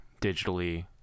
digitally